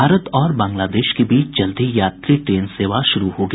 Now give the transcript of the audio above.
भारत और बांग्लोदश के बीच जल्द ही यात्री ट्रेन सेवा की शुरूआत होगी